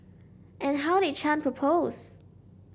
and how did Chan propose